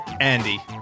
Andy